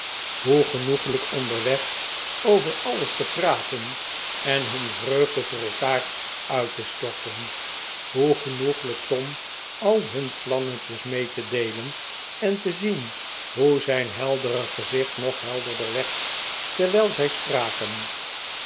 hoe genoeglijk onderweg over alles te praten en hun vreugde voor elkaar uit te storten hoe genoeglijk tom al hun plannetjes mee te deelen en te zien hoe zijn heldere gezicht nog helderder werd terwijl zij spraken